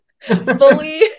fully